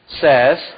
says